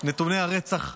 נתוני הרצח בעלייה,